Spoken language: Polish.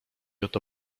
oto